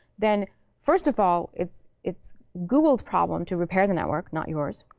then first of all, it's it's google's problem to repair the network, not yours.